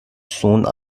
soon